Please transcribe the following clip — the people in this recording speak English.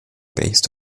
based